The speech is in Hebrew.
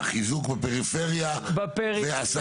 חיזוק בפריפריה, ועסקים לעשות בגוש דן?